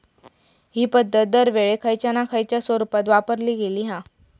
हि पध्दत दरवेळेक खयच्या ना खयच्या स्वरुपात वापरली गेली हा